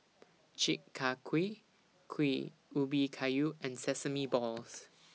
Chi Kak Kuih Kuih Ubi Kayu and Sesame Balls